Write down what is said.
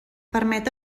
permet